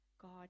God